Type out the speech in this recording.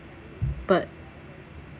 but